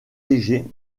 léger